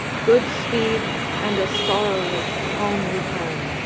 good speed and a sorrowless home-return!